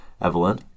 Evelyn